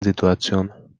situation